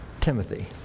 Timothy